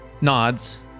nods